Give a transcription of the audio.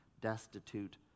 destitute